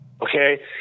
Okay